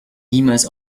niemals